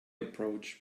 approach